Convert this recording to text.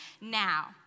now